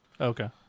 Okay